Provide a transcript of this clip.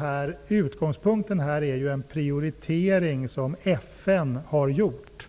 är utgångspunkten en prioritering som FN har gjort.